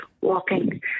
walking